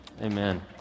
Amen